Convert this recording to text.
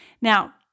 Now